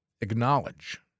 acknowledge